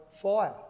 fire